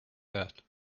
that